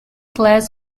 class